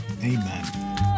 amen